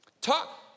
Talk